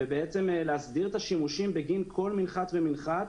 ובעצם להסדיר את השימושים בגין כל מנחת ומנחת,